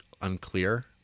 unclear